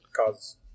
cause